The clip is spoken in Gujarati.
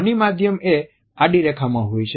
ધ્વની માધ્યમ એ આડી રેખા માં હોય છે